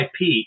IP